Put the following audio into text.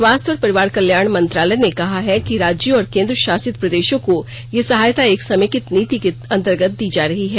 स्वास्थ्य और परिवार कल्याण मंत्रालय ने कहा है कि राज्यों और केन्द्रशासित प्रदेशों को यह सहायता एक समेकित नीति के अंतर्गत दी जा रही है